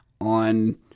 on